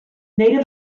native